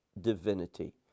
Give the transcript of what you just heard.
divinity